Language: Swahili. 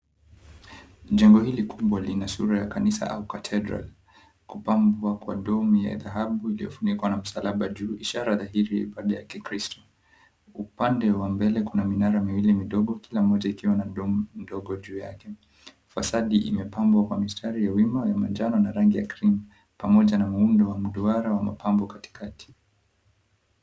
Jengo hili kubwa lina sura ya kanisa au cathedral . Kupambwa kwa domi ya dhahabu iliyofunikwa na msalaba juu ishara dhahiri ya ibada ya kikristo. Upande wa mbele kuna minara midogo miwili kila moja ikiwa na mdomi mdogo juu yake. Fasadi imepambwa kwa mistari ya wima ya manjano na rangi ya krimu pamoja na muundo wa mduara wa mapambo katikati.